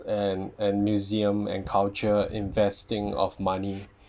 and and museum and culture investing of money